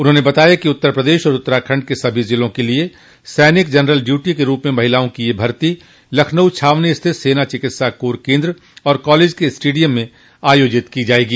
उन्होंने बताया कि उत्तर प्रदेश और उत्तराखण्ड के सभी जिलों के लिये सैनिक जनरल ड्यूटी के रूप में महिलाओं की यह भर्ती लखनऊ छावनी स्थित सेना चिकित्सा कोर केन्द्र एवं कॉलेज के स्टेडियम में आयोजित की जायेगी